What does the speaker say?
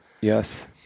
yes